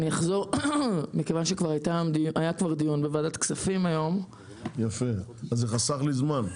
מכיוון שכבר היה דיון היום בוועדת כספים --- אז זה חסך לי זמן.